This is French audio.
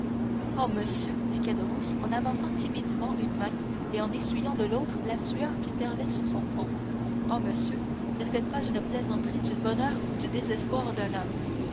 oh monsieur dit caderousse en avançant timidement une main et en essuyant de l'autre la sueur qui perlait sur son front oh monsieur ne faites pas une plaisanterie du bonheur ou du désespoir d'un homme